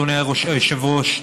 אדוני היושב-ראש,